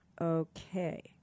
Okay